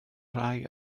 rhai